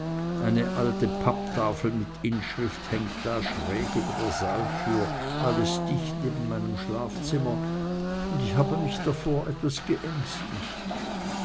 eine alte papptafel mit inschrift hängt da schräg über der saaltür alles dicht neben meinem schlafzimmer und ich habe mich etwas davor geängstigt